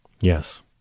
Yes